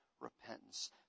repentance